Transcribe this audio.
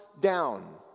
down